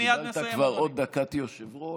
קיבלת כבר עוד דקת יושב-ראש,